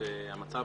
שהמצב